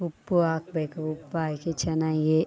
ಉಪ್ಪು ಹಾಕ್ಬೇಕು ಉಪ್ಪು ಹಾಕಿ ಚೆನ್ನಾಗಿ